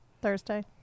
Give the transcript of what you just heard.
thursday